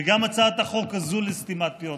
וגם הצעת החוק הזו לסתימת פיות.